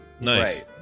Nice